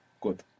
Good